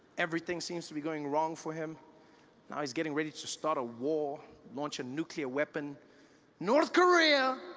everything seems to be going wrong for him now he's getting ready to start a war launch a nuclear weapon north korea,